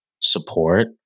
support